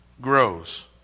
grows